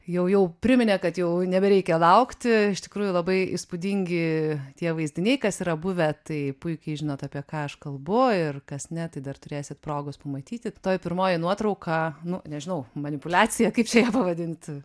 jau jau priminė kad jau nebereikia laukti iš tikrųjų labai įspūdingi tie vaizdiniai kas yra buvę tai puikiai žinot apie ką aš kalbu ir kas ne tai dar turėsit progos pamatyti toji pirmoji nuotrauka nu nežinau manipuliacija kaip čia ją pavadinti